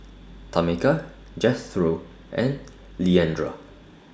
Tameka Jethro and Leandra